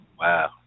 Wow